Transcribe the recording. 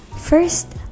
first